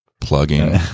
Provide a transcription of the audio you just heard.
plugging